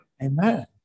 Amen